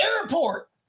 Airport